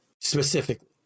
Specifically